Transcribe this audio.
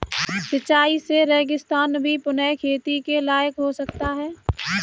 सिंचाई से रेगिस्तान भी पुनः खेती के लायक हो सकता है